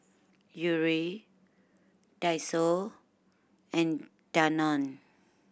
Yuri Daiso and Danone